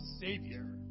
Savior